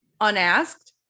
unasked